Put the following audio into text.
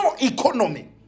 economy